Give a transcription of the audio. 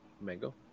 Mango